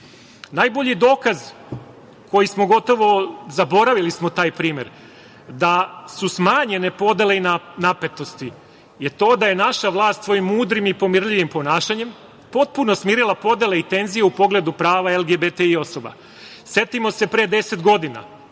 SNS.Najbolji dokaz, gotovo da smo zaboravili taj primer, da su smanjene podele i napetosti, je to da je naša vlast svojim mudrim i pomirljivim ponašanjem potpuno smirila podele i tenzije u pogledu prava LGBT osoba. Setimo